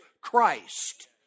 Christ